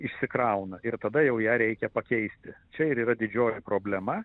išsikrauna ir tada jau ją reikia pakeisti čia ir yra didžioji problema